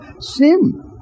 sin